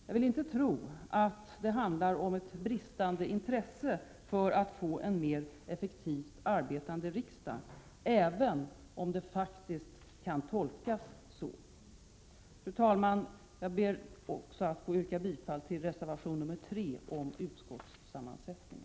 Jag vill inte tro att det handlar om ett bristande intresse av att få en mer effektivt arbetande riksdag, även om handlandet faktiskt kan tolkas så. Fru talman! Jag ber också att få yrka bifall till reservation 3 om utskottssammansättningen.